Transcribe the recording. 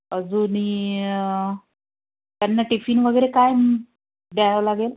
अजून त्यांना टिफिन वगैरे काय द्यावा लागेल